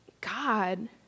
God